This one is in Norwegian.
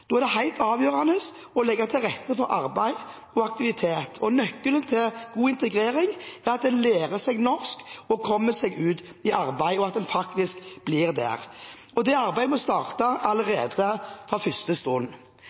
Da er det helt avgjørende å legge til rette for arbeid og aktivitet. Nøkkelen til god integrering er at en lærer seg norsk og kommer seg ut i arbeid, og at en faktisk blir der. Det arbeidet må starte allerede fra første